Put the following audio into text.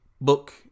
book